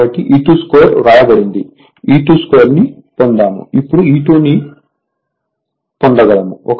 కాబట్టి E22 వ్రాయబడింది E22 ని పొందాము ఇప్పుడు E2 ని పొందగలము